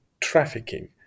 trafficking